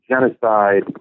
genocide